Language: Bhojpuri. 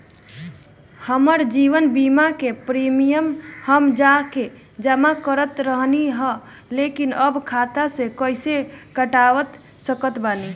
हमार जीवन बीमा के प्रीमीयम हम जा के जमा करत रहनी ह लेकिन अब खाता से कइसे कटवा सकत बानी?